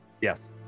Yes